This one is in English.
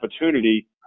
opportunity